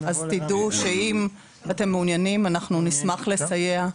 אז תדעו שאם אתם מעוניינים אנחנו נשמח לסייע,